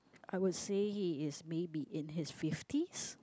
I would say he is maybe in his fifties